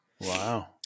Wow